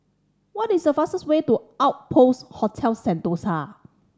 what is a fastest way to Outpost Hotel Sentosa